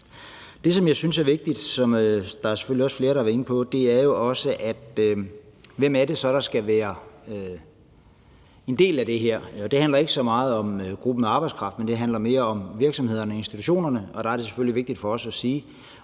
Det, som jeg synes er vigtigt, og som flere selvfølgelig også har været inde på, er jo, hvem det så er, der skal være en del af det her. Det handler ikke så meget om gruppen af arbejdskraft, det handler mere om virksomhederne og institutionerne, og der er det selvfølgelig vigtigt for os at sige: